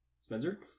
Spencer